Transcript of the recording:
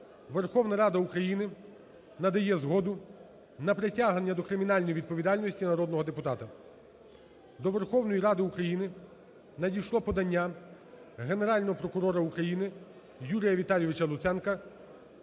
Верховна Рада України надає згоду на притягнення до кримінальної відповідальності народного депутата. До Верховної Ради України надійшло подання Генерального прокурора України Юрія Віталійовича Луценка